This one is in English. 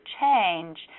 change